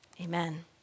Amen